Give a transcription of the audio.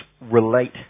relate